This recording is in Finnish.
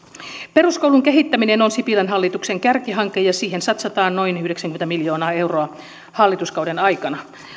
peruskoulun kehittäminen on sipilän hallituksen kärkihanke ja siihen satsataan noin yhdeksänkymmentä miljoonaa euroa hallituskauden aikana mutta